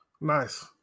Nice